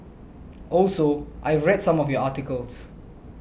also I read some of your articles